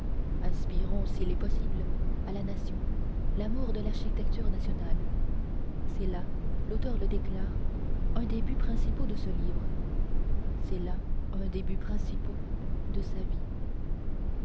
inspirons s'il est possible à la nation l'amour de l'architecture nationale c'est là l'auteur le déclare un des buts principaux de ce livre c'est là un des buts principaux de sa vie